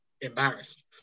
embarrassed